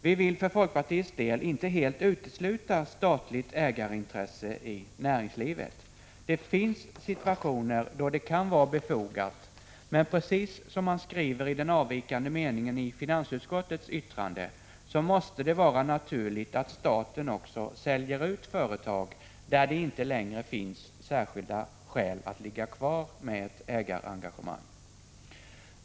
Vi vill för folkpartiets del inte helt utesluta statligt ägarintresse i näringslivet. Det finns situationer då det kan vara befogat. Men precis som det skrivs i den avvikande meningen i finansutskottets yttrande, måste det vara naturligt att staten också säljer ut företag där det inte längre finns särskilda skäl att ligga kvar med ett ägarengagemang.